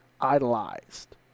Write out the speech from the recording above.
idolized